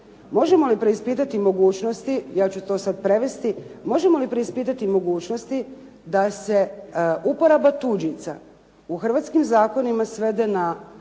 možemo li preispitati mogućnosti, ja ću to sad prevesti, možemo li preispitati mogućnosti da se uporaba tuđica u hrvatskim zakonima svede na